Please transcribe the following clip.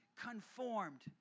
conformed